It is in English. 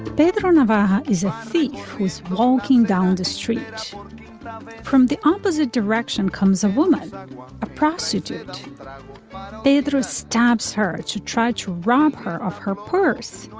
paid for navarre is a thief he's walking down the street from the opposite direction comes a woman a prostitute they throw stabs her to try to rob her of her purse